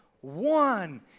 one